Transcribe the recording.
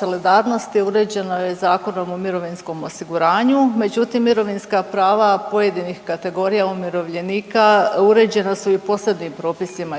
solidarnosti uređeno je Zakonom o mirovinskom o osiguranju. Međutim, mirovinska prava pojedinih kategorija umirovljenika uređena su i posebnim propisima iz